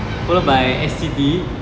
followed by S_C_T